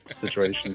situation